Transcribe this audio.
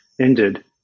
ended